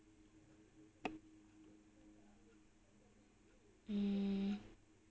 mm